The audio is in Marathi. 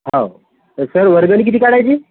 हो सर वर्गणी किती काढायची